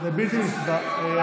אם אין שר משיב, צריך לעבור להצבעה.